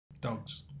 Dogs